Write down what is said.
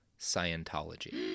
Scientology